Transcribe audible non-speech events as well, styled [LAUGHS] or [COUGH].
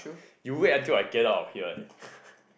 you wait until I get out of here eh [LAUGHS]